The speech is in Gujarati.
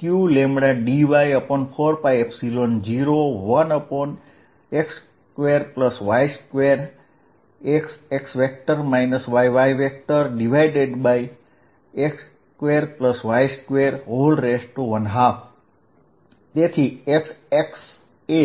તેથી Fx એ